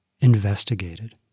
investigated